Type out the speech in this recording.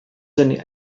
seine